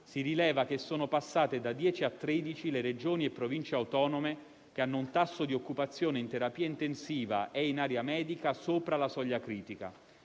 si rileva che sono passate da 10 a 13 le Regioni e le Province autonome che hanno un tasso di occupazione in terapia intensiva e in area medica sopra la soglia critica.